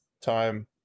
time